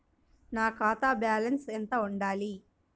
నా ఖాతా బ్యాలెన్స్ ఎంత ఉండాలి?